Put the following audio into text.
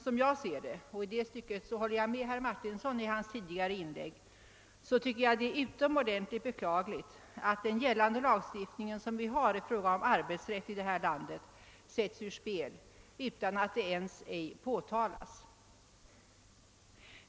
Som jag ser det — och i det stycket instämmer jag i vad herr Martinsson sade i sitt inlägg tidigare i dag — är det utomordentligt beklagligt att den lagstiftning som gäller här i landet rörande arbetsrätt sättes ur spel utan att detta ens påtalas.